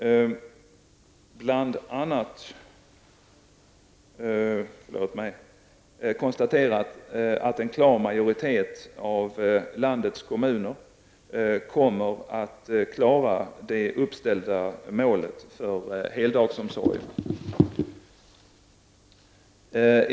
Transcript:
konstaterat att en klar majoritet av landets kommuner kommer att klara det uppställda målet för heldagsomsorgen.